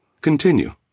Continue